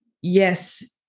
yes